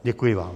Děkuji vám.